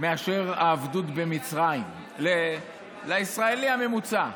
מאשר העבדות במצרים לישראלי הממוצע.